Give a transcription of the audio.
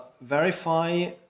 verify